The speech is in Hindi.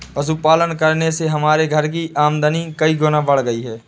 पशुपालन करने से हमारे घर की आमदनी कई गुना बढ़ गई है